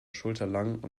schulterlang